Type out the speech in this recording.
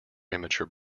immature